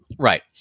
Right